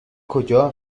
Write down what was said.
کجا